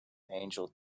angel